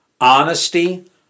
honesty